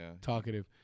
talkative